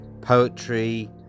poetry